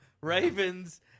Ravens